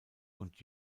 und